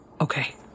Okay